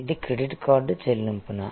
ఇది credit card చెల్లింపునా